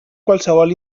qualsevol